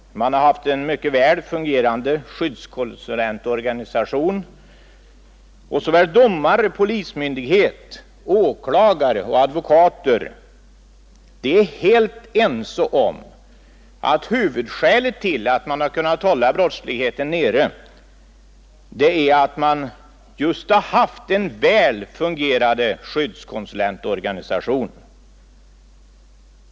Man har haft en mycket väl fungerande skyddskonsulentorganisation. Domare, polismyndighet, åklagare och advokater är helt ense om att huvudskälet till att man kunnat hålla brottsligheten nere är just det förhållandet att det funnits en väl fungerande skyddskonsulentorganisation.